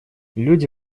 люди